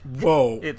Whoa